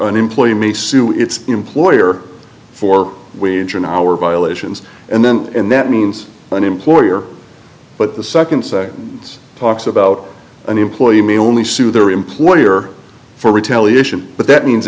an employer me sue it's employer for wage an hour violations and then and that means an employer but the second say it's talks about an employee may only sue their employer for retaliation but that means